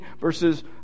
verses